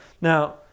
Now